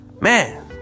Man